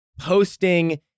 posting